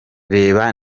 reba